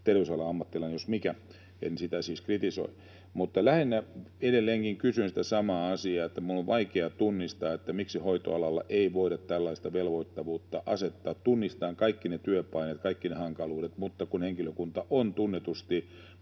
terveysalan ammattilainen jos mikä, en sitä siis kritisoi. Lähinnä edelleenkin kysyn sitä samaa asiaa: Minun on vaikea tunnistaa, miksi hoitoalalle ei voida tällaista velvoittavuutta asettaa. Tunnistan kaikki ne työpaineet, kaikki ne hankaluudet, mutta kun henkilökunta on tunnetusti